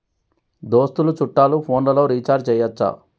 దోస్తులు చుట్టాలు ఫోన్లలో రీఛార్జి చేయచ్చా?